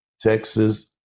Texas